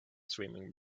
swimming